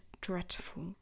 dreadful